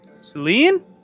Celine